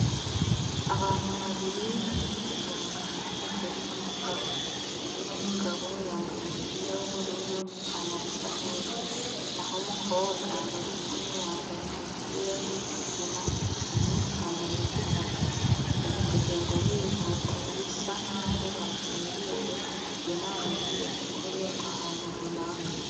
Abantu babiri bari kugenda mu gahanda karimo amapave, umwe w'umugabo yambaye umupira w'ubururu n'ipantaro isa nk'ivu, naho umukobwa bari kumwe yambaye umupira w'ikigina ndetse n'ipantaro y'igitaka. Bari kugenda bihuta bisa nkaho bakerewe inama igiye gukorerwa ahantu runaka.